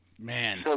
man